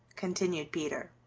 continued peter.